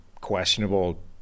questionable